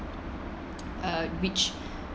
uh which